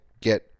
get